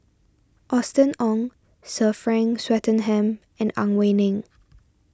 Austen Ong Sir Frank Swettenham and Ang Wei Neng